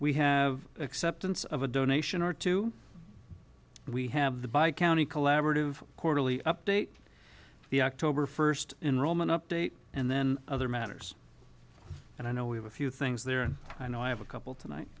we have acceptance of a donation or two we have the by county collaborative quarterly update the october first in rome an update and then other matters and i know we were a few things there and i have a couple tonight